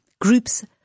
groups